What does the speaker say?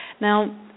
Now